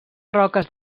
roques